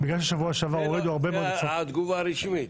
זאת התגובה הרשמית.